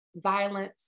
violence